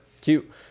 Cute